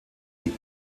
die